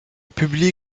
public